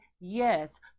yes